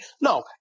no